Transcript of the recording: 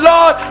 Lord